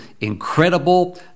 incredible